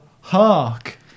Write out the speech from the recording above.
Hark